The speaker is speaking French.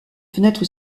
fenêtre